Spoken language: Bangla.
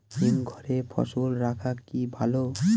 হিমঘরে ফসল রাখা কি ভালো?